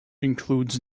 includes